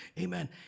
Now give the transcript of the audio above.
amen